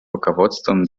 руководством